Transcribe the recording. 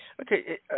Okay